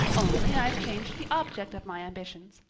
only, i've changed the object of my ambitions.